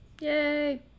yay